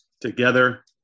together